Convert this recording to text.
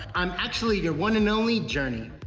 i'm actually your one and only jerni.